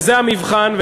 וזה המבחן.